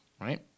right